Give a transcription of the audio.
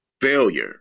Failure